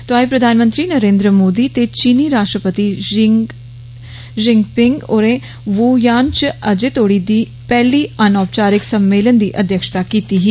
तोआई प्रधानमंत्री नरेन्द्र मोदी ते चीनी राष्ट्रपति शी जिनंपिंग होरे वुहान च अज्जै तोड़ी दी पैहले अनऔपचारिक समेलन दी अध्यक्षता किती ही